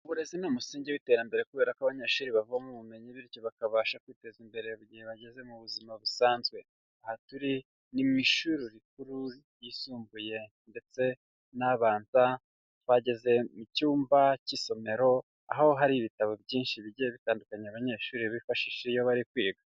Uburezi ni umusingi w'iterambere kubera ko abanyeshuri bavoma ubumenyi bityo bakabasha kwiteza imbere mu gihe bageze mu buzima busanzwe. Aha turi ni mu ishuri rikuru ryisumbuye ndetse n'abanza, twageze mu cyumba cy'isomero, aho hari ibitabo byinshi bigiye bitandukanye abanyeshuri bifashishisha iyo bari kwiga.